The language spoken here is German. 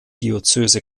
diözese